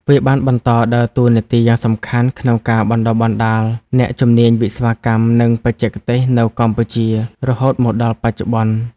វាបានបន្តដើរតួនាទីយ៉ាងសំខាន់ក្នុងការបណ្តុះបណ្តាលអ្នកជំនាញវិស្វកម្ម និងបច្ចេកទេសនៅកម្ពុជា រហូតមកដល់បច្ចុប្បន្ន។